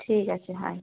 ঠিক আছে আয়